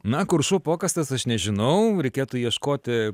na kur šuo pakastas aš nežinau reikėtų ieškoti